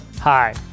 Hi